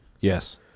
Yes